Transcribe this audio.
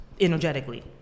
energetically